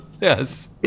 Yes